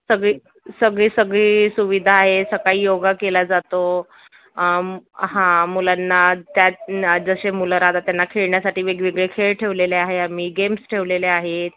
सगळी सगळी सगळी सुविधा आहे सकाळी योगा केला जातो हां मुलांना त्यात जसे मुलं राहतात त्यांना खेळण्यासाठी वेगवेगळे खेळ ठेवलेले आहे आम्ही गेम्स ठेवलेले आहेत